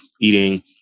eating